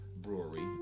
Brewery